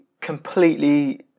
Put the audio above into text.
completely